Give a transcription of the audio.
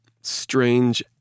strange